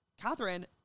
Catherine